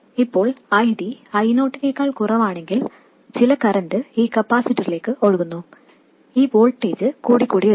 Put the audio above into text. ഇപ്പോൾ ID I0 നേക്കാൾ കുറവാണെങ്കിൽ ചില കറൻറ് ഈ കപ്പാസിറ്ററിലേക്ക് ഒഴുകുന്നു ഈ വോൾട്ടേജ് കൂടിക്കൂടി വരും